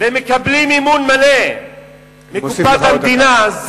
ומקבלים מימון מלא מקופת המדינה,